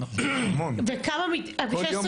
זה יום כן יום לא.